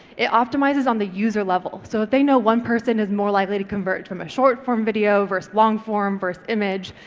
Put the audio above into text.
it optimises on the user level, so if they know one person is more likely to convert from a short-form video versus long-form versus image,